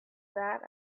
that